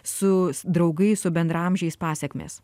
su draugais su bendraamžiais pasekmės